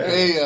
Hey